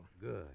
Good